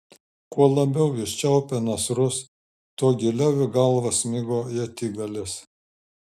kuo labiau jis čiaupė nasrus tuo giliau į galvą smigo ietigalis